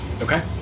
Okay